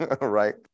right